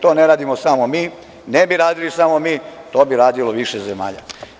To ne radimo samo mi, ne bi radili samo mi, to bi radilo više zemalja.